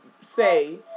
say